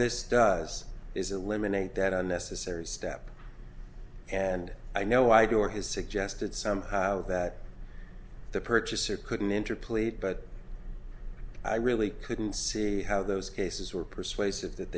this does is eliminate that unnecessary step and i know i do or has suggested somehow that the purchaser couldn't enter pleas but i really couldn't see how those cases were persuasive that